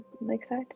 Lakeside